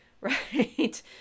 right